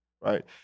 right